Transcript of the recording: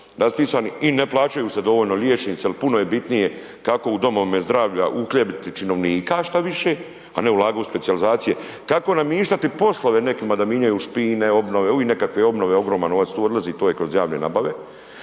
raspisanih i ne plaćaju se dovoljno liječnici, jel puno je bitnije kako u domovima zdravlja uhljebiti činovnika šta više, a ne ulagati u specijalizacije, kako namištati poslove nekima da minjaju špine, obnove, uvik nekakve obnove, ogroman novac tu odlazi, to je kroz javne nabave,